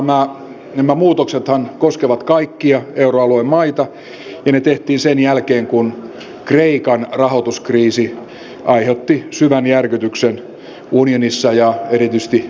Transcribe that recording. nämä muutoksethan koskevat kaikkia euroalueen maita ja ne tehtiin sen jälkeen kun kreikan rahoituskriisi aiheutti syvän järkytyksen unionissa ja erityisesti euromaissa